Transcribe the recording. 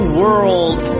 world